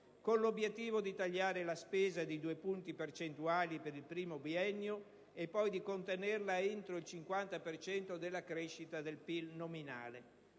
quello di tagliare la spesa di due punti percentuali per il primo biennio e poi di contenerla entro il 50 per cento della crescita del PIL nominale.